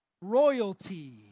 royalty